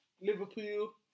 Liverpool